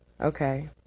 Okay